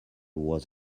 was